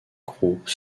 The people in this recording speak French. groupe